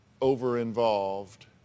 over-involved